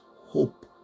hope